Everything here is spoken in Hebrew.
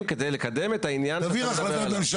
כדי לקדם את העניין שאתה מדבר עליו?